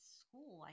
school